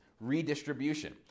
redistribution